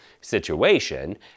situation